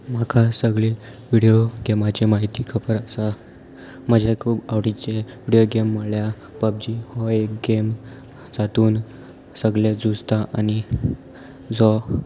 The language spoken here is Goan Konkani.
म्हाका सगळे विडियो गेमाची म्हायती खबर आसा म्हजे खूब आवडीचे विडयो गेम म्हणळ्यार पबजी हो एक गेम जातून सगळें झुजता आनी जो